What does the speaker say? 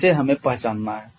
जिसे हमें पहचानना है